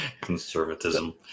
conservatism